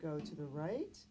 go to the right